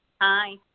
Hi